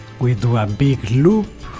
we do a big loop,